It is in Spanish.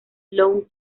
lou